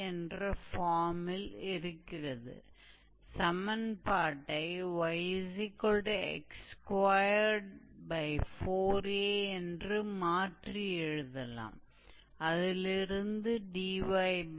तो यह 0 से 2a है और यह 1 छोर है और यह हमारी आर्क लंबाई है